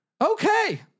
Okay